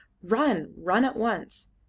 run! run at once!